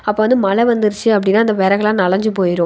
அப்போ வந்து மழை வந்துருச்சு அப்படின்னா அந்த விறகெல்லாம் நனைஞ்சு போயிடும்